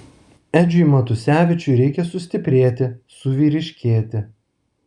edžiui matusevičiui reikia sustiprėti suvyriškėti